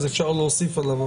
אפשר להוסיף עליו.